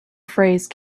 phrase